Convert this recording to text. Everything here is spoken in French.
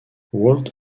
walt